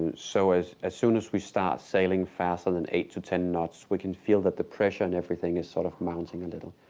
so as as soon as we start sailing faster than eight to ten knots, we can feel that the pressure and everything is sort of mounting a little.